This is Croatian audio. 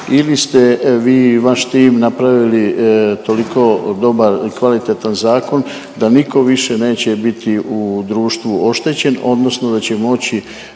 ili ste vi i vaš tim napravili toliko dobar i kvalitetan zakon da nitko više neće biti u društvu oštećen odnosno da će moći